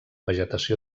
vegetació